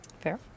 Fair